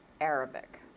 Arabic